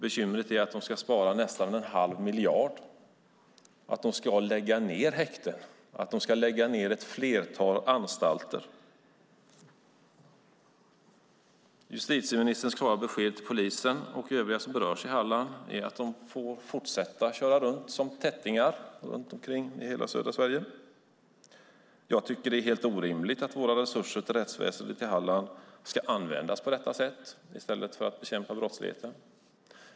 Bekymret är att de ska spara nästan en halv miljard, att de ska lägga ned häkten och ett flertal anstalter. Justitieministerns klara besked till polisen och övriga som berörs i Halland är att de får fortsätta att köra runt som tättingar i hela södra Sverige. Jag tycker att det är helt orimligt att våra resurser till rättsväsendet i Halland ska användas på detta sätt i stället för att bekämpa brottsligheten.